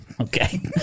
Okay